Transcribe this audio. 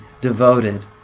devoted